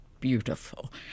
beautiful